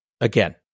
again